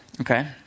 okay